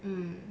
hmm